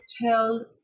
tell